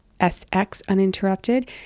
SXUninterrupted